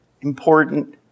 important